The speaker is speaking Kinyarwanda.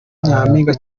nyampinga